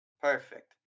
Perfect